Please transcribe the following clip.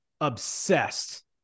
obsessed